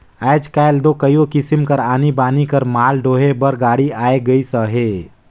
आएज काएल दो कइयो किसिम कर आनी बानी कर माल डोहे बर गाड़ी आए गइस अहे